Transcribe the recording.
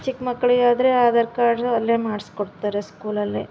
ಚಿಕ್ಕ ಮಕ್ಕಳಿಗಾದ್ರೆ ಆಧಾರ್ ಕಾರ್ಡ್ ಅಲ್ಲೇ ಮಾಡಿಸ್ಕೊಡ್ತಾರೆ ಸ್ಕೂಲಲ್ಲೆ